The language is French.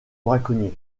braconnier